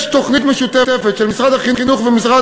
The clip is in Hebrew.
יש תוכנית משותפת של משרד החינוך ומשרד